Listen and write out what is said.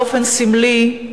באופן סמלי,